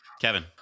Kevin